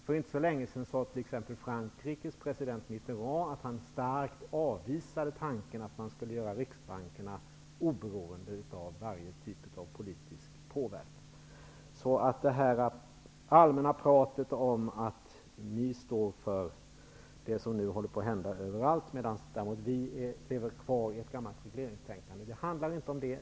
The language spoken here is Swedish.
För inte så länge sedan sade t.ex. Frankrikes president Mitterrand att han starkt avvisade tanken på att riksbankerna skulle göras oberoende av varje typ av politisk påverkan. Det allmänna pratet om att ni står för det som nu håller på att hända överallt, medan vi däremot lever kvar i ett gammalt regleringstänkande håller inte.